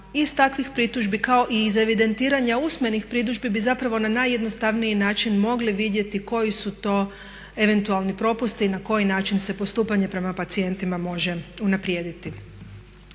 iz takvih pritužbi kao i iz evidentiranja usmenih pritužbi bi zapravo na najjednostavniji način mogli vidjeti koji su to eventualni propusti i na koji način se postupanje prema pacijentima može unaprijediti.